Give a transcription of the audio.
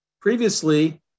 Previously